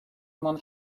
مان